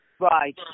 Right